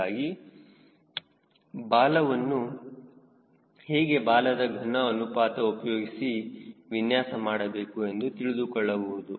ಹೀಗಾಗಿ ಬಾಲವನ್ನು ಹೇಗೆ ಬಾಲದ ಘನ ಅನುಪಾತ ಉಪಯೋಗಿಸಿ ವಿನ್ಯಾಸ ಮಾಡಬೇಕು ಎಂದು ತಿಳಿದುಕೊಳ್ಳಬಹುದು